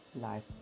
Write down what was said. life